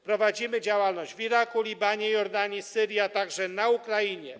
Prowadzimy działalność w Iraku, Libanie, Jordanii, Syrii, a także na Ukrainie.